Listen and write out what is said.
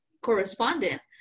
correspondent